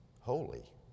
holy